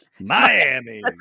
Miami